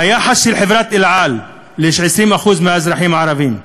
היחס של חברת "אל על" ל-20% האזרחים הערבים,